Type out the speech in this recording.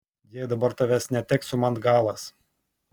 jei dabar tavęs neteksiu man galas